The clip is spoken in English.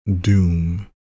doom